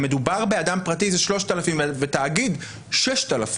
כשמדובר באדם פרטי זה 3,000 ותאגיד 6,000